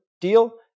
deal